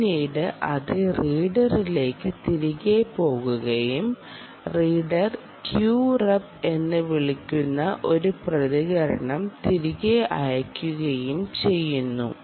പിന്നീട് അത് റീഡറിലേക്ക് തിരികെ പോകുകയും റീഡർ Q rep എന്ന് വിളിക്കുന്ന ഒരു പ്രതികരണം തിരികെ അയയ്ക്കുകയും ചെയ്യുന്നു